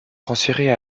transférée